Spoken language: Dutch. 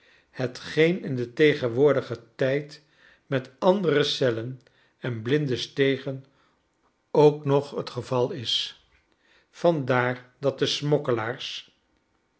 hetgeen in den tegenwoordigen tijd met andere cellen en blinde stegen ook nog het geval is vandaar dat de